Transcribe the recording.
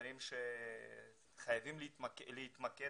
הדברים שצריכים להתמקד